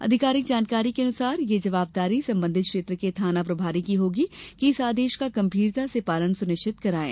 आधिकारिक जानकारी के अनुसार यह जवाबदारी संबंधित क्षेत्र के थाना प्रभारी की होगी कि इस आदेश का गंभीरता से पालन सुनिश्चित करायें